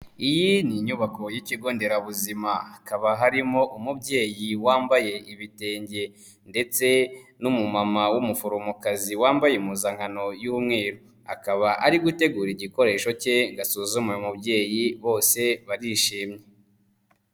Iyi ni inyubako y'ikigo nderabuzima, hakaba harimo umubyeyi wambaye ibitenge ndetse n'umumama w'umuforomokazi wambaye impuzankano y'umweru, akaba ari gutegura igikoresho cye ngo asuzume uyu umubyeyi bose barishimye.